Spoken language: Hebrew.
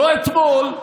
לא אתמול,